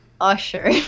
Usher